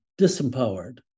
disempowered